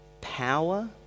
power